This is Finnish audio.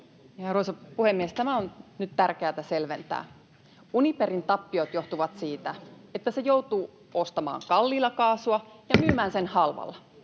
Arvoisa puhemies! Tämä on nyt tärkeätä selventää: Uniperin tappiot johtuvat siitä, että se joutuu ostamaan kalliilla kaasua ja myymään sen halvalla.